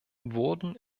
wurden